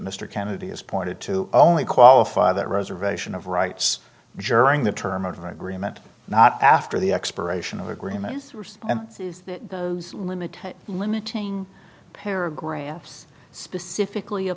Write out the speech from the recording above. has pointed to only qualify that reservation of rights jaring the term of the agreement not after the expiration of agreements and those limits limiting paragraphs specifically a